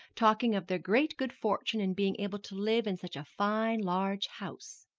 talking of their great good fortune in being able to live in such a fine large house.